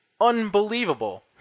unbelievable